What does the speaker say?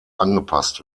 angepasst